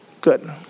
Good